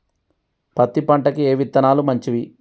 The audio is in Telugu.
పత్తి పంటకి ఏ విత్తనాలు మంచివి?